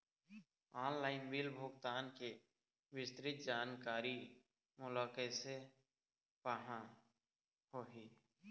Online bill भुगतान के विस्तृत जानकारी मोला कैसे पाहां होही?